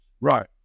right